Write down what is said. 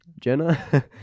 Jenna